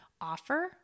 offer